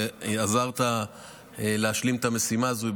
ועזרת להשלים את המשימה הזו.